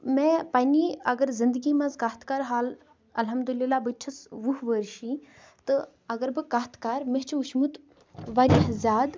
مےٚ پَننی اَگرزِندگی منٛز کَتھ کَرٕ حال الحمدُاللہ بہٕ تہِ چھٮ۪س وُہہ ؤرریٖش تہٕ اگر بہٕ کَتھ کَرٕ مےٚ چھُ وٕچھمُت واریاہ زیادٕ